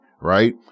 right